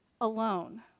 alone